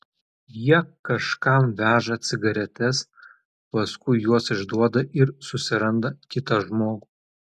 jie kažkam veža cigaretes paskui juos išduoda ir susiranda kitą žmogų